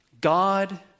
God